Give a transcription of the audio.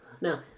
Now